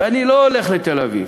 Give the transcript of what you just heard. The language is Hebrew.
ואני לא הולך לתל-אביב,